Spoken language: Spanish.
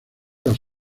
los